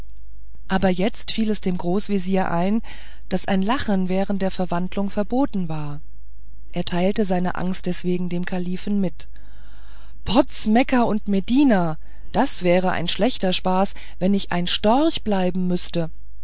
aber jetzt fiel es dem großvezier ein daß das lachen während der verwandlung verboten war er teilte seine angst deswegen dem kalifen mit potz mekka und medina das wäre ein schlechter spaß wenn ich ein storch bleiben müßte